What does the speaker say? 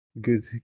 good